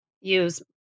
use